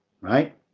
Right